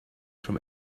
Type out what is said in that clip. from